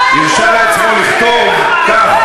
הרשה לעצמו לכתוב כך: